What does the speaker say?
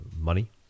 money